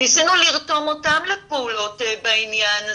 ניסינו לרתום אותם לפעולות בעניין הזה.